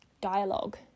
dialogue